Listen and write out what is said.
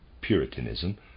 puritanism